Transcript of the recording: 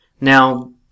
Now